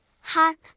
hark